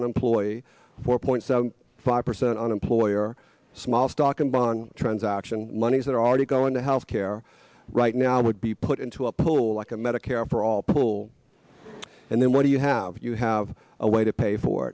unemployed four point five percent on employer small stock and bond transaction monies that are already going to health care right now would be put into a pull like a medicare for all people and then what do you have you have a way to pay for